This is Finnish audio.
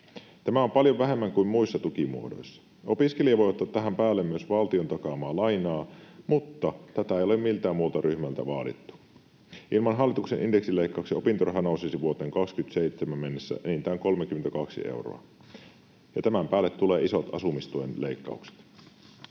Tämä on paljon vähemmän kuin muissa tukimuodoissa. Opiskelija voi ottaa tähän päälle myös valtion takaamaa lainaa, mutta tätä ei ole miltään muulta ryhmältä vaadittu. Ilman hallituksen indeksileikkauksia opintoraha nousisi vuoteen 27 mennessä enintään 32 euroa, ja tämän päälle tulevat isot asumistuen leikkaukset.